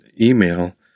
email